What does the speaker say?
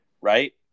right